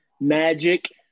magic